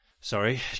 Sorry